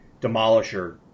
Demolisher